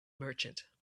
merchant